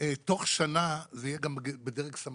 תוך שנה זה גם יהיה בדרג סמנכ"לים,